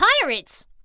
Pirates